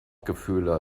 gefühle